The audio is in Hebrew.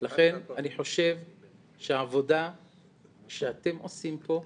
אני חושב שהעבודה שאתם עושים פה,